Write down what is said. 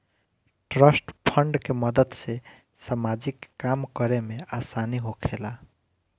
trust fund के मदद से सामाजिक काम करे में आसानी होखेला